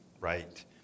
right